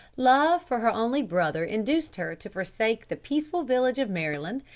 love for her only brother induced her to forsake the peaceful village of maryland,